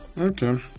okay